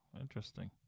interesting